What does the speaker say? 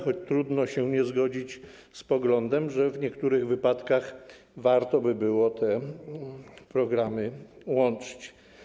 Choć trudno się nie zgodzić z poglądem, że w niektórych wypadkach warto by było te programy łączyć.